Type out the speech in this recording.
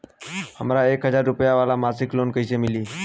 हमरा एक हज़ार रुपया वाला मासिक लोन कईसे मिली?